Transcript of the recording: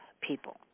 people